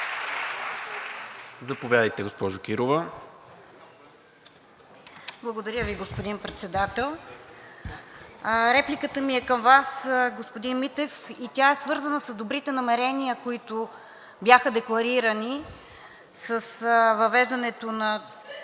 Заповядайте, госпожо Кирова.